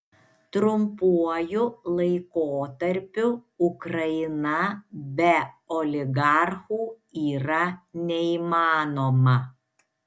trumpuoju laikotarpiu ukraina be oligarchų yra neįmanoma